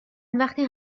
وقتی